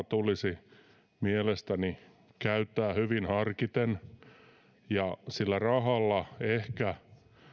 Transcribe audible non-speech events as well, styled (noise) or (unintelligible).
(unintelligible) tulisi mielestäni käyttää hyvin harkiten sillä rahalla ehkä